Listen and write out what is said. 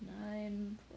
Nine